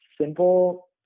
Simple